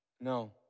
no